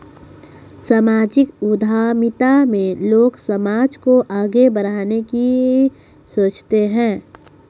सामाजिक उद्यमिता में लोग समाज को आगे बढ़ाने की सोचते हैं